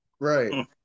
Right